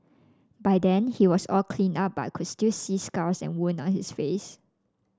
by then he was all cleaned up but I could still see scars and wound on his face